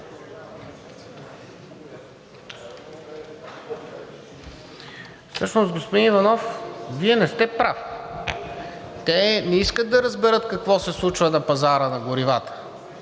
Всъщност, господин Иванов, Вие не сте прав! Те не искат да разберат какво се случва на пазара на горивата,